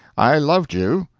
i loved you.